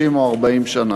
30 או 40 שנה.